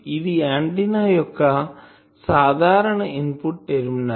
ఇది ఆంటిన్నా యొక్క సాధారణ ఇన్పుట్ టెర్మినల్